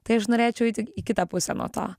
tai aš norėčiau eiti į kitą pusę nuo to